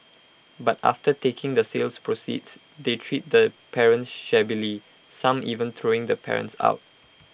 but after taking the sales proceeds they treat the parents shabbily some even throwing the parents out